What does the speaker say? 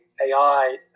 AI